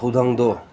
ꯊꯧꯗꯥꯡꯗꯣ